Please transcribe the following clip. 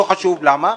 לא חשוב למה,